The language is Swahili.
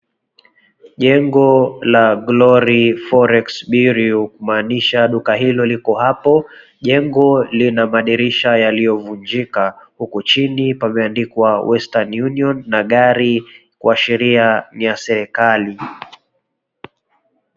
Jengo la glory forex bureau kumanisha duka hilo liko hapo, jengo lina madirisha yaliovunjika huku chini pameandikwa western union na gari kuashiria ni ya serekali.